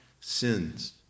sins